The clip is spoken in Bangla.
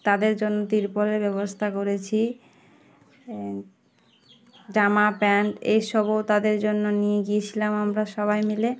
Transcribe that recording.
তাদের জন্য তিরপলের ব্যবস্থা করেছি জামা প্যান্ট এইসবও তাদের জন্য নিয়ে গিয়েছিলাম আমরা সবাই মিলে